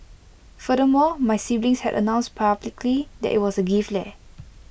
furthermore my siblings had announced publicly that IT was A gift leh